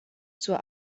zur